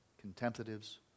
contemplatives